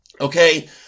Okay